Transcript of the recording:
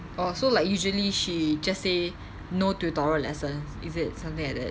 orh so like usually she just say no tutorial lesson is it something like that